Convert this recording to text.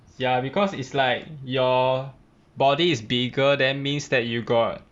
ya because it's like your body is bigger then means that you got